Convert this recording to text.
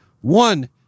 One